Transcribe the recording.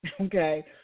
Okay